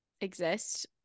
exist